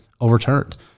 overturned